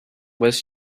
was